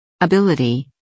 Ability